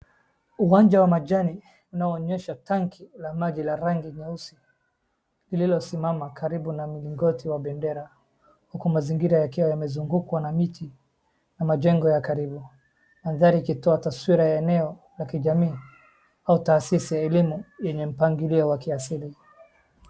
Uwanja wa majani unaonyesha tanki la maji la rangi nyeusi lililosimama karibu na mlingoti wa bendera huku mazingira yakiwa yamezungukwa na miti na majengo ya karibu. Mandhari ikitoa taswira ya eneo la kijamii au tasisi ya elimu yenye mpangilio wa kiasili.